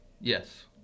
Yes